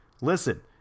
Listen